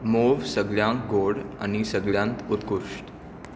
म्होंव सगळ्यांत गोड आनी सगळ्यांत उत्कृश्ट